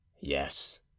yes